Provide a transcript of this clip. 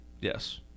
Yes